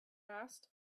asked